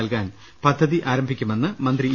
ലഭ്യമാക്കാൻ പദ്ധതി ആരംഭിക്കുമെന്ന് മന്ത്രി ഇ